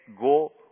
go